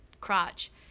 crotch